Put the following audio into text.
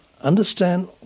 understand